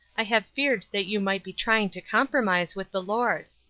i have feared that you might be trying to compromise with the lord.